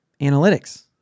analytics